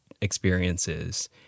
experiences